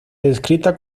descrita